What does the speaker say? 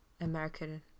american